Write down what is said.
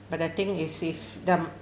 but I think is save them